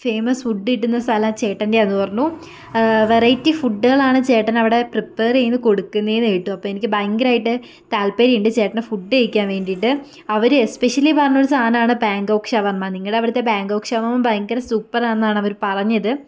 famous food കിട്ടുന്ന സ്ഥലം ചേട്ടൻ്റെ ആന്ന് പറഞ്ഞു വെറൈറ്റി ഫുഡുകളാണ് ചേട്ടൻ അവിടെ പ്രിപ്പയറ് ചെയ്ത് കൊടുക്കുന്നേന്നു കേട്ടു അപ്പം എനിക്ക് ഭയങ്കരായിട്ട് താൽപര്യയുണ്ട് ചേട്ടൻ്റെ ഫുഡ് കഴിക്കാൻ വേണ്ടിയിട്ട് അവര് എക്സ്പെഷ്യലി പറഞ്ഞ ഒരു സാധനമാണ് ബാങ്കോക്ക് ഷവർമ നിങ്ങടെ അവിടുത്തെ ബാങ്കോക്ക് ഷവർമ ഭയങ്കര സൂപ്പറാന്നാണ് അവര് പറഞ്ഞത്